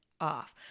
off